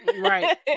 right